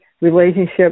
relationship